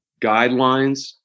guidelines